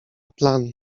plan